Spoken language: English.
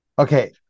Okay